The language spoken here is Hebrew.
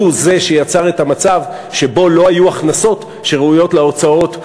הוא זה שיצר את המצב שבו לא היו הכנסות שראויות להוצאות,